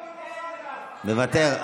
מוותר.